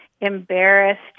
embarrassed